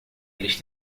eles